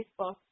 Facebook